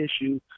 issue